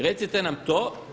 Recite nam to.